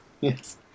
Yes